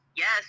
Yes